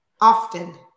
often